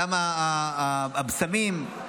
למה הבשמים,